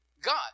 God